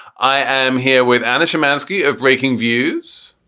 i am here with anna shamansky of breakingviews.